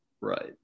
Right